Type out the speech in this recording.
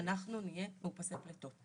אנחנו נהיה מאופסי פליטות.